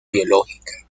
biológica